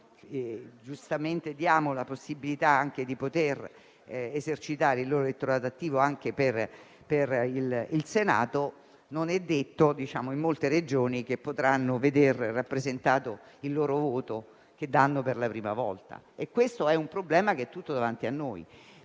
giustamente diamo la possibilità di poter esercitare il loro elettorato attivo anche per il Senato, in molte Regioni potrebbero non veder rappresentato il voto che esprimono per la prima volta. Questo è un problema che sta tutto davanti a noi.